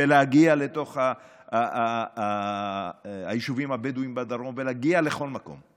להגיע לתוך היישובים הבדואיים בדרום ולהגיע לכל מקום,